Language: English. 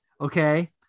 okay